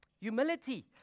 Humility